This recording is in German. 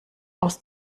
aus